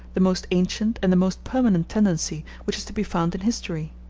the most ancient, and the most permanent tendency which is to be found in history.